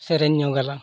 ᱥᱮᱨᱮᱧ ᱧᱚᱜᱽ ᱟᱞᱟᱝ